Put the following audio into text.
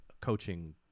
coaching